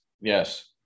Yes